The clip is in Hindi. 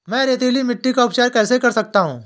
मैं रेतीली मिट्टी का उपचार कैसे कर सकता हूँ?